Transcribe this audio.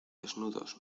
desnudos